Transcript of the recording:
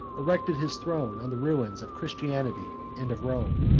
erected his throne on the ruins of christianity and of rome.